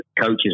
coaches